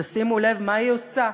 ותשימו לב מה היא עושה.